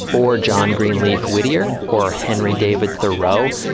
or john greenleaf whittier? or henry david thoreau?